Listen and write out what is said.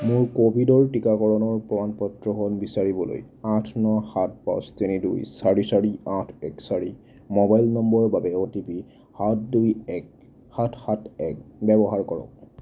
মোৰ ক'ভিডৰ টীকাকৰণৰ প্ৰমাণ পত্ৰখন বিচাৰিবলৈ আঠ ন সাত পাঁচ তিনি দুই চাৰি চাৰি আঠ এক চাৰি মোবাইল নম্বৰৰ বাবে অ' টি পি সাত দুই এক সাত সাত এক ব্যৱহাৰ কৰক